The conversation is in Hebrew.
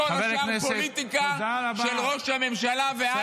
כל השאר פוליטיקה של ראש הממשלה -- תודה רבה.